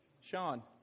Sean